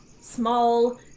small